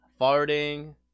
Farting